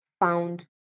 found